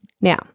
now